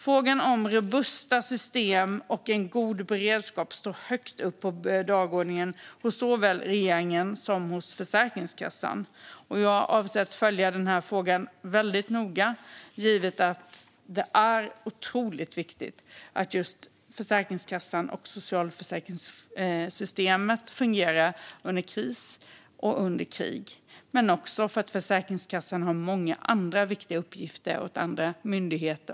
Frågan om robusta system och en god beredskap står högt på dagordningen hos såväl regeringen som Försäkringskassan. Jag avser att följa frågan väldigt noga, givet att det är otroligt viktigt att Försäkringskassan och socialförsäkringssystemet fungerar under kris och under krig - men också för att Försäkringskassan även har många andra viktiga uppgifter åt andra myndigheter.